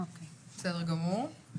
בסדר גמור.